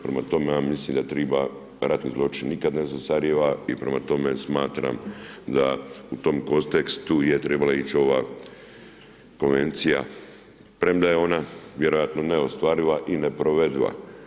Prema tome, ja mislim da treba, ratni zločin nikada ne zastarijeva, prema tome smatram da u tom kontekstu je trebala ići ova konvencija, premda je ona vjerojatno neostvariva i neprovediva.